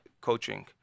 coaching